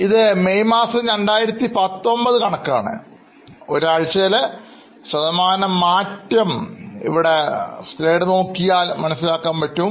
ഇത് മെയ് മാസം 2019കണക്കാണ് ഒരാഴ്ചയിലെ ശതമാനം മാറ്റം മുതലായവ നൽകിയിരിക്കുന്നു